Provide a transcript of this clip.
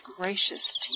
gracious